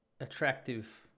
attractive